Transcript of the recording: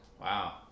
Wow